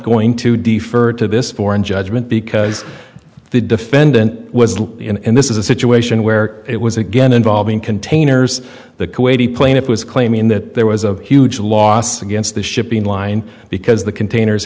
going to defer to this foreign judgment because the defendant was in and this is a situation where it was again involving containers the kuwaiti plaintiff was claiming that there was a huge loss against the shipping line because the containers